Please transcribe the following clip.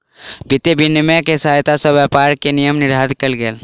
वित्तीय विनियम के सहायता सॅ व्यापार के नियम निर्धारित कयल गेल